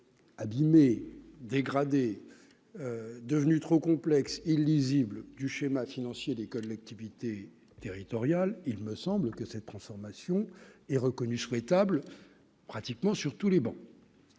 abîmée, dégradée, devenu trop complexe et illisible du schéma financier des collectivités territoriales, il me semble que cette transformation est reconnu souhaitable pratiquement sur tous les bancs.